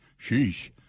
Sheesh